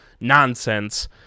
nonsense